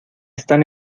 están